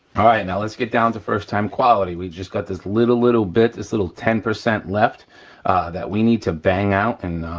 all right, now let's get down to first time quality, we just got this little, little bit, this little ten percent left that we need to bang out and,